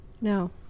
no